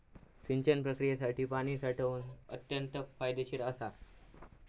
सिंचन प्रक्रियेसाठी पाणी साठवण अत्यंत फायदेशीर असा